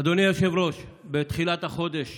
אדוני היושב-ראש, בתחילת חודש